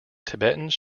tibetans